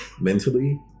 mentally